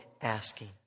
Asking